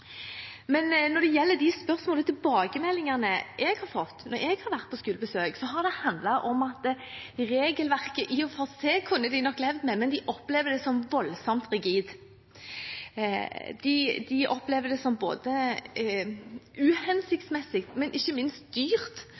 men svikter de svakeste. Det skal jeg være ærlig og si at bekymrer meg. Når det gjelder de spørsmålene og tilbakemeldingene jeg har fått når jeg har vært på skolebesøk, har det handlet om at regelverket i og for seg kunne de nok levd med, men de opplever det som voldsomt rigid. De opplever det som både uhensiktsmessig og ikke minst